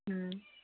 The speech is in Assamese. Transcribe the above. ও